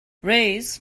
reyes